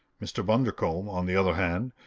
mr. bundercombe, on the other hand,